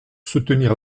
soutenir